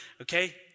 okay